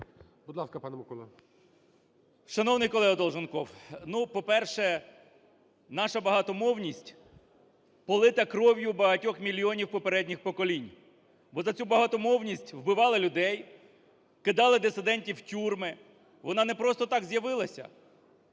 Шановний колегоДолженков, ну, по-перше, наша багатомовність полита кров'ю багатьох мільйонів попередніх поколінь, бо за цю багатомовність вбивали людей, кидали дисидентів в тюрми, вона не просто так з'явилася.